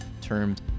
termed